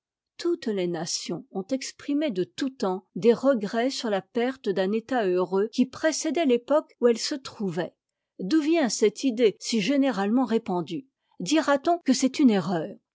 toutes les nations ont exprimé de tout temps des regrets sur la perte d'un état heureux qui précédait l'époque où elles se trouvaient d'où vient cette idée si généralement répandue dira-t-on que c'est une erreur